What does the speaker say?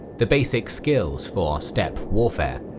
the basic skills for steppe warfare.